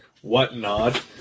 whatnot